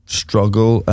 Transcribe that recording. struggle